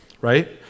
right